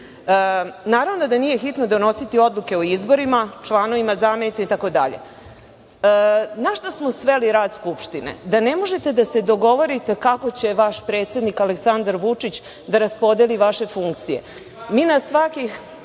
Naravno da nije hitno donositi odluke o izborima, članovima, zamenicima itd. Na šta smo sveli rad Skupštine? Da ne možete da se dogovorite kako će vaš predsednik Aleksandar Vučić da raspodeli vaše funkcije. Molim vas,